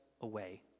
away